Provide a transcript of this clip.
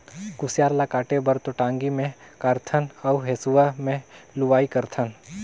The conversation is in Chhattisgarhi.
कुसियार ल काटे बर तो टांगी मे कारथन अउ हेंसुवा में लुआई करथन